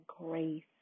grace